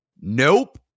Nope